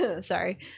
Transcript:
sorry